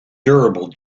durable